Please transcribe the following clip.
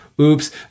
oops